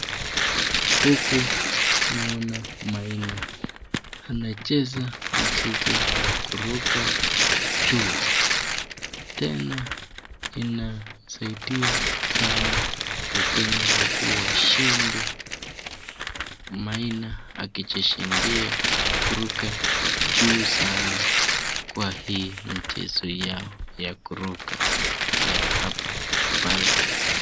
Huku naona Maina, anacheza mchezo ya kuruka juu, tena inasaidia sana wakenya wakue washindi. Maina akijishindia kuruka juu sana kwa hii mchezo yao ya kuruka ya hapa pale.